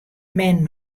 men